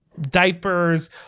diapers